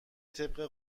طبق